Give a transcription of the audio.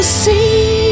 see